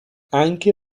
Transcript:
anche